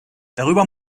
darüber